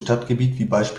stadtgebiet